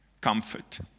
comfort